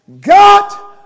God